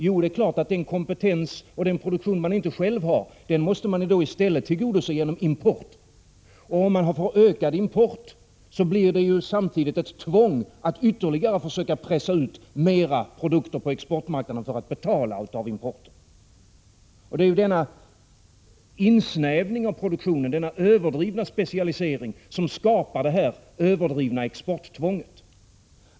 Jo, det är klart att den kompetens och den produktion som man inte själv har måste man i stället ersätta genom import. Och ökar man importen uppstår det samtidigt ett tvång att försöka pressa ut ytterligare produkter på exportmarknaden för att kunna betala importen. Det är denna överdrivna specialisering av produktionen som skapar det onödigt stora exporttvånget.